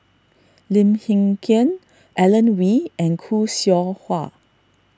Lim Hng Kiang Alan Oei and Khoo Seow Hwa